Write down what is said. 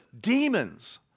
demons